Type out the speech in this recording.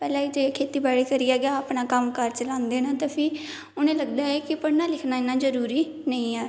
पहले खेती बाड़ी करी गै ओह् अपना कम्म काज चलांदे ना फिह् उंहे गी लगदा कि पढ़ना लिखना इन्ना जरुरी नेईं ऐ